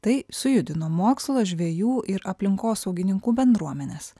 tai sujudino mokslo žvejų ir aplinkosaugininkų bendruomenes